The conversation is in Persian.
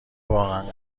واقعا